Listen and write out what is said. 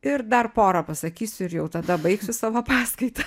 ir dar pora pasakysiu ir jau tada baigsiu savo paskaitą